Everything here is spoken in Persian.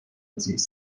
عزیز